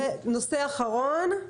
נושא אחרון.